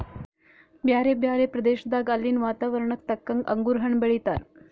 ಬ್ಯಾರೆ ಬ್ಯಾರೆ ಪ್ರದೇಶದಾಗ ಅಲ್ಲಿನ್ ವಾತಾವರಣಕ್ಕ ತಕ್ಕಂಗ್ ಅಂಗುರ್ ಹಣ್ಣ್ ಬೆಳೀತಾರ್